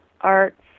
arts